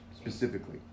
specifically